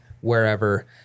wherever